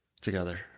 Together